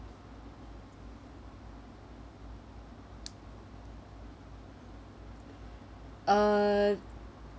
uh